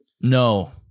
No